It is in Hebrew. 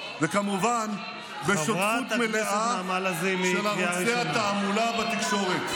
וכמובן בשותפות מלאה של ערוצי התעמולה בתקשורת.